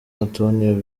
antonio